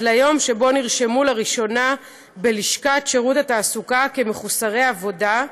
ליום שבו נרשמו לראשונה בלשכת שירות התעסוקה כמחוסרי עבודה,